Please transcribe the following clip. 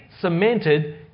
cemented